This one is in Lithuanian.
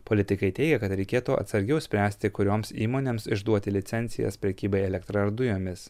politikai teigia kad reikėtų atsargiau spręsti kurioms įmonėms išduoti licencijas prekybai elektra ar dujomis